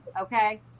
Okay